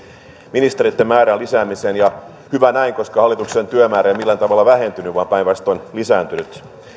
ministereitten määrän lisäämiseen ja hyvä näin koska hallituksen työmäärä ei ole millään tavalla vähentynyt vaan päinvastoin lisääntynyt koskaan